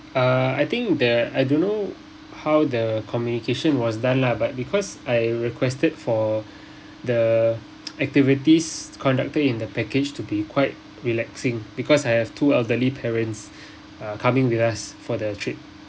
uh I think the I don't know how the communication was done lah but because I requested for the activities conducted in the package to be quite relaxing because I have two elderly parents uh coming with us for the trip